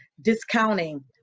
discounting